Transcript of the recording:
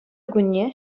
кунне